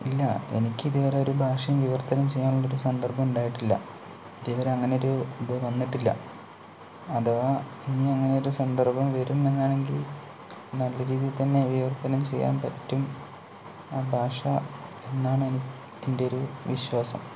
ഇല്ല എനിക്ക് ഇതുവരെ ഒരു ഭാഷയും വിവർത്തനം ചെയ്യാൻ ഒരു സന്ദർഭം ഉണ്ടായിട്ടില്ല ഇതുവരെ അങ്ങനെ ഒരു ഇത് വന്നിട്ടില്ല അഥവാ ഇനി അങ്ങനെ ഒരു സന്ദർഭം വരും എന്നാണെങ്കിൽ നല്ല രീതിയിൽത്തന്നെ വിവർത്തനം ചെയ്യാൻ പറ്റും ആ ഭാഷ എന്നാണ് എൻ്റെ ഒരു വിശ്വാസം